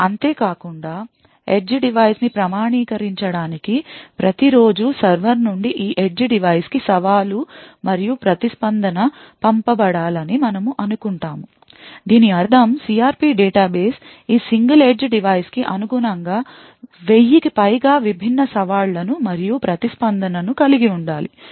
అంతేకాకుండా edge device ని ప్రామాణీకరించడానికి ప్రతిరోజూ సర్వర్ నుండి ఈ edge డివైస్ కి సవాలు మరియు ప్రతిస్పందన పంపబడాలని మనము అనుకుంటాము దీని అర్థం CRP డేటాబేస్ ఈ సింగిల్ ఎడ్జ్డివైస్ కి అనుగుణంగా వెయ్యికి పైగా విభిన్న సవాళ్లను మరియు ప్రతిస్పందన ను కలిగి ఉండాలి